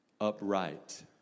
upright